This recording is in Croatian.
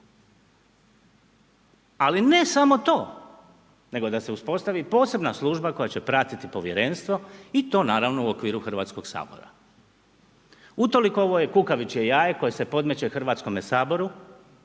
Ali ne samo to, nego da se uspostavi posebna služba koja će pratiti povjerenstvo i to naravno u okviru Hrvatskog sabora. Utoliko, ovo je kukavičje jaje koja se podmeće Hrvatskome saboru